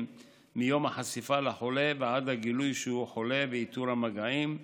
מיום החשיפה לחולה ועד הגילוי שהוא חולה ואיתור המגעים,